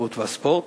התרבות והספורט,